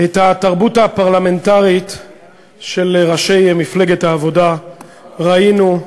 את התרבות הפרלמנטרית של ראשי מפלגת העבודה ראינו,